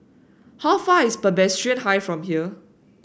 how far away is Presbyterian High from here